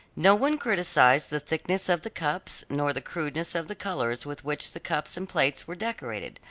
no one criticised the thickness of the cups, nor the crudeness of the colors with which the cups and plates were decorated,